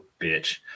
bitch